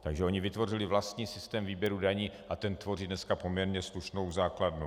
Takže oni vytvořili vlastní systém výběru daní a ten tvoří dneska poměrně slušnou základnu.